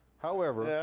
however,